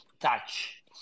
touch